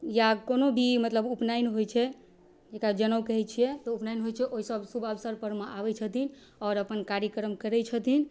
या कोनो भी मतलब उपनैन होइ छै जकरा जनउ कहै छिए तऽ उपनैन होइ छै ओहिसब शुभ अवसरपरमे आबै छथिन आओर अपन कार्यक्रम करै छथिन